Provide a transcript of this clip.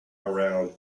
around